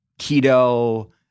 keto